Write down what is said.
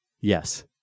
Yes